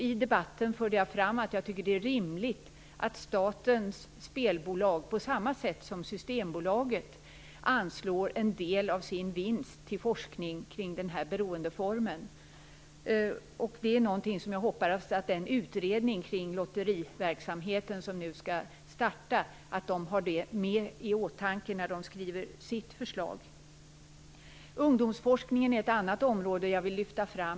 I debatten förde jag fram att jag tycker att det är rimligt att statens spelbolag, på samma sätt som Systembolaget, anslår en del av sin vinst till forskning kring den här beroendeformen. Det är något som jag hoppas att den utredning kring lotteriverksamheten som nu skall starta har i åtanke när den skriver sitt förslag. Ungdomsforskningen är ett annat område som jag vill lyfta fram.